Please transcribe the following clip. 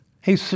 Hey